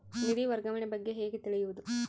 ನಿಧಿ ವರ್ಗಾವಣೆ ಬಗ್ಗೆ ಹೇಗೆ ತಿಳಿಯುವುದು?